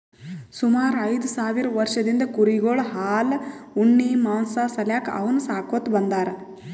ಸುಮಾರ್ ಐದ್ ಸಾವಿರ್ ವರ್ಷದಿಂದ್ ಕುರಿಗೊಳ್ ಹಾಲ್ ಉಣ್ಣಿ ಮಾಂಸಾ ಸಾಲ್ಯಾಕ್ ಅವನ್ನ್ ಸಾಕೋತ್ ಬಂದಾರ್